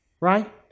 Right